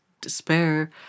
despair